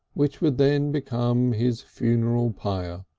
which would then become his funeral pyre.